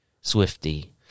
Swifty